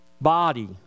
body